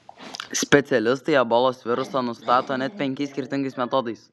specialistai ebolos virusą nustato net penkiais skirtingais metodais